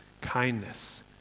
kindness